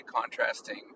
contrasting